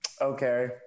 okay